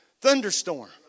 thunderstorm